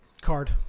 Card